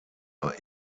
war